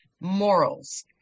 morals